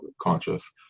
conscious